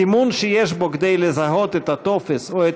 סימון שיש בו כדי לזהות את הטופס או את